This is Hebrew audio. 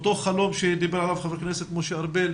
אותו חלום שדיבר עליו חבר הכנסת משה ארבל,